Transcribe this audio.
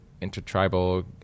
intertribal